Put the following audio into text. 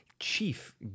chief